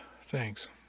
Thanks